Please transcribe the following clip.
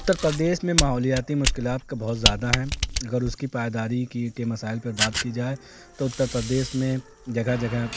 اتر پردیش میں ماحولیاتی مشکلات کا بہت زیادہ ہیں اگر اس کی پائیداری کی کے مسائل پر بات کی جائے تو اتر پردیش میں جگہ جگہ